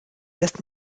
lässt